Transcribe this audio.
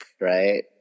right